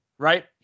Right